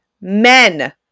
men